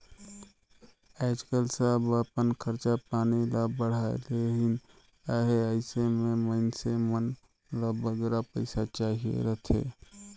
आएज काएल सब अपन खरचा पानी ल बढ़ाए लेहिन अहें अइसे में मइनसे मन ल बगरा पइसा चाहिए रहथे